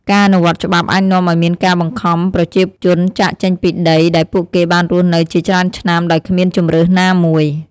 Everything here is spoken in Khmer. ការអនុវត្តច្បាប់អាចនាំឲ្យមានការបង្ខំប្រជាជនចាកចេញពីដី ដែលពួកគេបានរស់នៅជាច្រើនឆ្នាំដោយគ្មានជម្រើសណាមួយ។